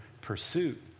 pursuit